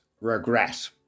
regret